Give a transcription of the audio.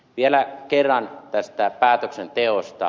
vielä kerran tästä päätöksenteosta